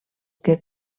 que